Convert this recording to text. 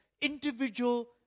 individual